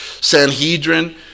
Sanhedrin